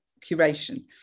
curation